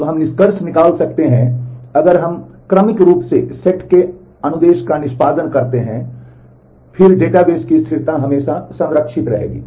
तो हम निष्कर्ष निकाल सकते हैं अगर हम क्रमिक रूप से सेट के अनुदेश का निष्पादन करते हैं लेन देन फिर डेटाबेस की स्थिरता हमेशा संरक्षित रहेगी